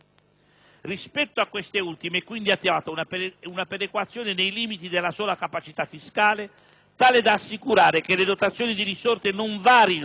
Rispetto a queste ultime è quindi attuata una perequazione nei limiti della sola capacità fiscale, tale da assicurare che le dotazioni di risorse non varino